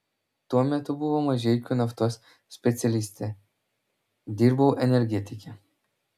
tuo metu buvau mažeikių naftos specialistė dirbau energetike